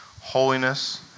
holiness